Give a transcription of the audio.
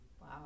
Wow